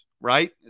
right